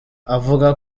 avuga